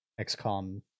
XCOM